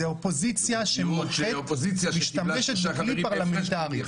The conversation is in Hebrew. זאת אופוזיציה שמשתמשת בכלי פרלמנטרי.